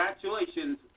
Congratulations